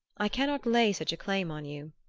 i cannot lay such a claim on you.